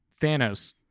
Thanos